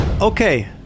Okay